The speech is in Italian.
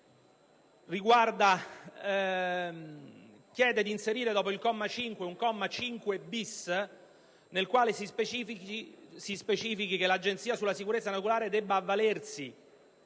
la quale si chiede di inserire dopo il comma 5 il comma 5*-bis*, nel quale si specifichi che l'Agenzia sulla sicurezza nucleare debba avvalersi,